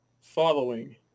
following